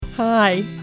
Hi